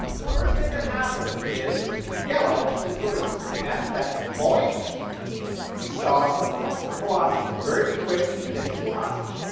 the first thing that happens is yellow is released. and that's that boing we saw in the plot, the velocity, the very quick initial velocity.